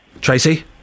Tracy